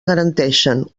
garanteixen